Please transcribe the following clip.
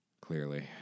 Clearly